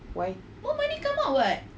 why